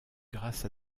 grâce